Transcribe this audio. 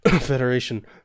Federation